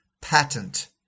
patent